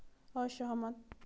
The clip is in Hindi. असहमत